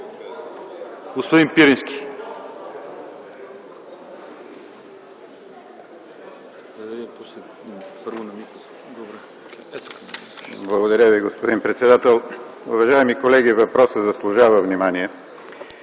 ПИРИНСКИ (КБ): Благодаря, господин председател. Уважаеми колеги, въпросът заслужава внимание.